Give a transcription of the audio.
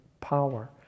power